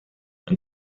and